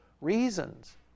reasons